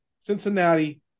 Cincinnati